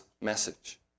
message